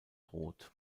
rot